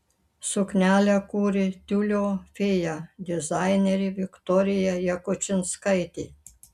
suknelę kūrė tiulio fėja dizainerė viktorija jakučinskaitė